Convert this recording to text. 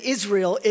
Israel